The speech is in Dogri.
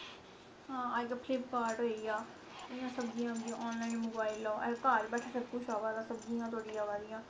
आं अज्जकल फ्लिपकार्ड होइया इ'यां सब्जियां बी ऑनलाइन मंगवाई लैओ घर बैठे दे सब कुछ आवा दा सब्जियां थुआढ़ी आवा दियां